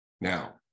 Now